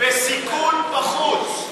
בסיכון בחוץ.